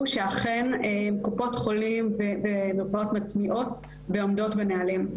שאכן קופות חולים ומרפאות מטמיעות ועומדות בנהלים.